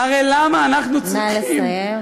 הרי למה אנחנו צריכים, נא לסיים.